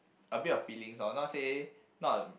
a bit of feelings loh not say not